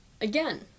Again